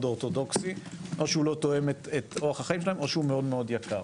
אורתודוקסי או לא תואם את אורח חייהם או הוא מאוד יקר.